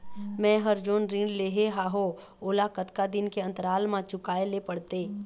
मैं हर जोन ऋण लेहे हाओ ओला कतका दिन के अंतराल मा चुकाए ले पड़ते?